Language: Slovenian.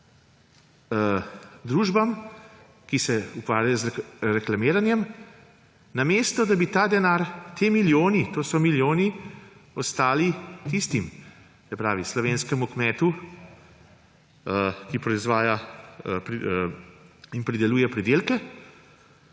družbam, ki se ukvarjajo z reklamiranjem, namesto da bi ta denar, ti milijoni, to so milijoni, ostali slovenskemu kmetu, ki proizvaja in prideluje pridelke.